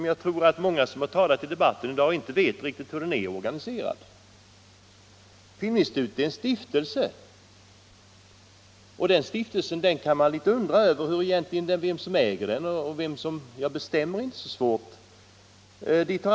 Jag tror att många som talat i debatten i dag inte vet riktigt hur institutet är organiserat. Filminstitutet är en stiftelse, och man kan undra vem som äger den. Vem som bestämmer behöver vi inte undra över.